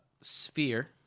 Sphere